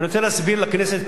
אני רוצה להסביר לכנסת,